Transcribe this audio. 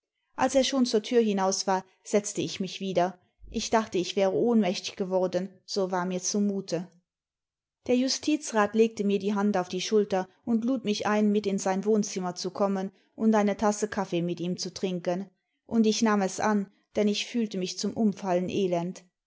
als er schon zur tür hinaus war setzte ich mich wieder ich dachte ich wäre ohnmächtig geworden so war mir zumute der justizrat legte mir die hand auf die schulter und lud mich ein mit in sein wohnzimmer zu kommen und eine tasse kaffee mit ihm zu trinken und ich nahm es an denn ich fühlte mich zum umfallen elend